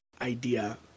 idea